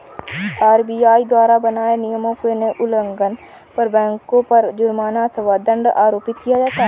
RBI द्वारा बनाए नियमों के उल्लंघन पर बैंकों पर जुर्माना अथवा दंड आरोपित किया जाता है